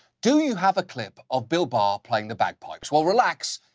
do you have a clip of bill barr playing the bagpipes? well, relax.